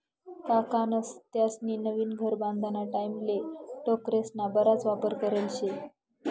काकान त्यास्नी नवीन घर बांधाना टाईमले टोकरेस्ना बराच वापर करेल शे